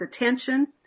attention